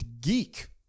geek